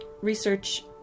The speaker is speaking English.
research